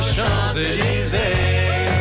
Champs-Élysées